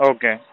Okay